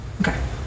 Okay